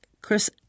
Chris